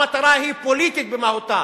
המטרה היא פוליטית במהותה.